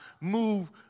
move